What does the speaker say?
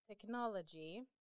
technology